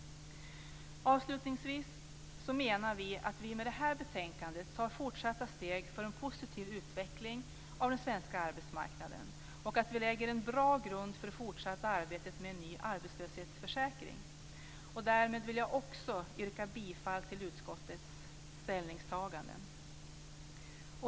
Avslutningsvis menar vi att med det här betänkandet tas fortsatta steg för en positiv utveckling av den svenska arbetsmarknaden och att en bra grund läggs för det fortsatta arbetet med en ny arbetslöshetsförsäkring. Därmed ansluter jag mig till utskottets ställningstagande.